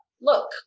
look